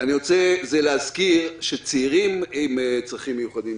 אני רוצה להזכיר שצעירים עם צרכים מיוחדים,